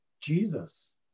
Jesus